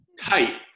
Tight